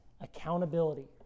accountability